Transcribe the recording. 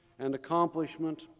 and accomplishment,